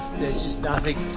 there's just nothing,